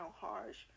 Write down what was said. harsh